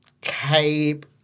cape